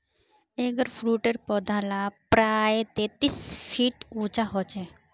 एगफ्रूटेर पौधा ला प्रायः तेतीस फीट उंचा होचे